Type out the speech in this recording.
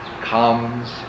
comes